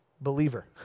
believer